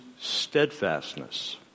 steadfastness